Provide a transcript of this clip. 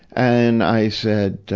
and i said,